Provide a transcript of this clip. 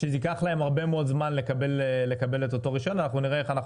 שזה יקח להם הרבה מאוד זמן לקבל את אותו הרישיון ואנחנו נראה איך אנחנו